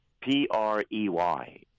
P-R-E-Y